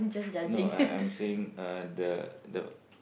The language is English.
no I'm I'm saying uh the the